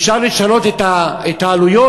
אפשר לשנות את העלויות,